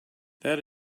that